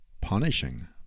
punishing